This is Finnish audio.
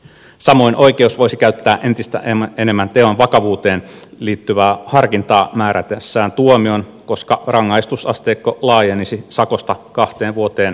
samoin oikeus voisi käyttää entistä enemmän teon vakavuuteen liittyvää harkintaa määrätessään tuomion koska rangaistusasteikko laajenisi sakosta kahteen vuoteen vankeutta